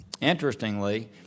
interestingly